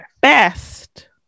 Best